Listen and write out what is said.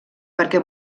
perquè